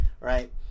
right